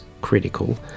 critical